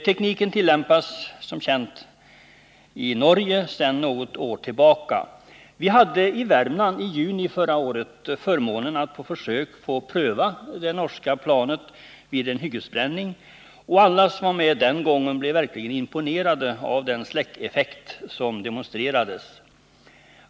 Tekniken tillämpas som känt i Norge sedan något år tillbaka. Vi hade i Värmland i juni förra året förmånen att på försök få pröva det norska planet vid en hyggesbränning, och alla som var med den gången blev verkligen imponerade av den släckningseffekt som demonstrerades.